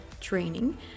training